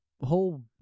whole